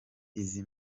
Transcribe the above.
izi